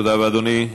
תודה רבה, אדוני.